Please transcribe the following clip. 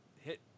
hit